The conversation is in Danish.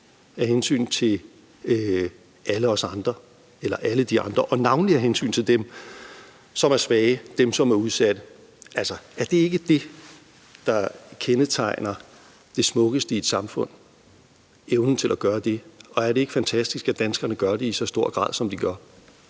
af hensyn til fællesskabet, af hensyn til alle de andre og navnlig af hensyn til dem, som er svage, dem, som er udsatte. Altså, er det ikke det, der kendetegner det smukkeste i et samfund, nemlig evnen til at gøre det, og er det ikke fantastisk, at danskerne gør det i så stor grad, som de gør?